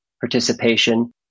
participation